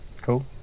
Cool